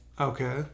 Okay